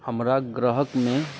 हमरा ग्रहमे